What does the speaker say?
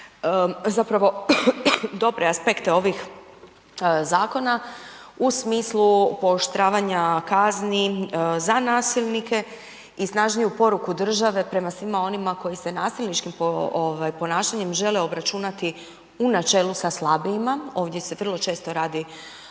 zapravo dobre aspekte ovih zakona u smislu pooštravanja kazni za nasilnike i snažniju poruku države prema svima onima koji se nasilnički ponašanjem želje obračunati u načelu sa slabijima, ovdje se vrlo često radi